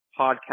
podcast